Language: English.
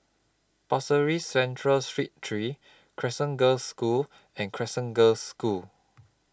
Pasir Ris Central Street three Crescent Girls' School and Crescent Girls' School